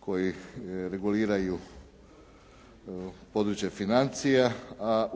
koji reguliraju područje financija, a